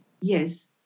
Yes